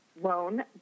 loan